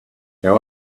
how